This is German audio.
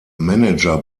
manager